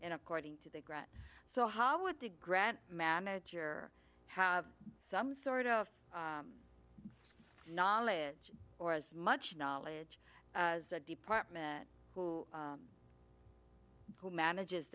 and according to the grant so how would the grant manager have some sort of knowledge or as much knowledge as the department who who manages